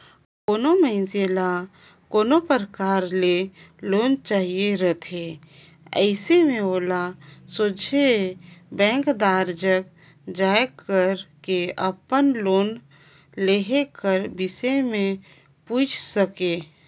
कोनो मइनसे ल कोनो परकार ले लोन चाहिए रहथे अइसे में ओला सोझ बेंकदार जग जाए के अपन लोन लेहे कर बिसे में पूइछ सके